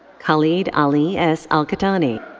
khalid ali s. alqahtani.